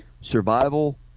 Survival